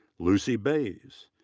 lucy bays.